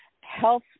health